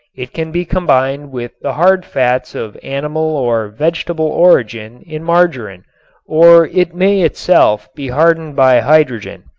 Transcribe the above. it can be combined with the hard fats of animal or vegetable origin in margarine or it may itself be hardened by hydrogen.